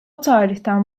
tarihten